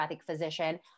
physician